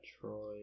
Troy